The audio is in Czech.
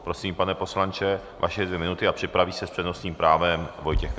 Prosím, pane poslanče, vaše dvě minuty a připraví se s přednostním právem Vojtěch Filip.